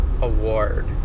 award